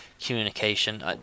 communication